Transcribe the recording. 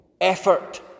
effort